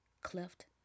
cleft